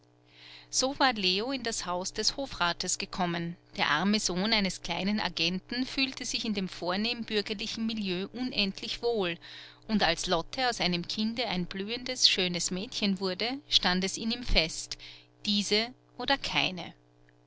so war leo in das haus des hofrates gekommen der arme sohn eines kleinen agenten fühlte sich in dem vornehm bürgerlichen milieu unendlich wohl und als lotte aus einem kinde ein blühendes schönes mädchen wurde stand es in ihm fest diese oder keine